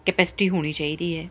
capacity ਹੋਣੀ ਚਾਹੀਦੀ ਹੈ